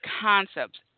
concepts